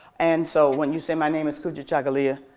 and so when you say my name is kujichagulia,